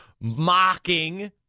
mocking